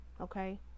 Okay